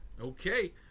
Okay